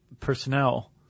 personnel